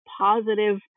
positive